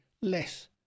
less